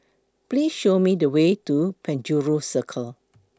Please Show Me The Way to Penjuru Circle